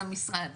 האוטונומיים,